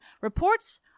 reports